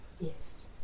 yes